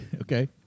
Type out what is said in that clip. okay